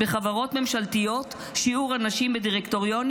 בחברות ממשלתיות שיעור הנשים בדירקטוריונים